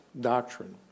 doctrine